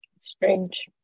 Strange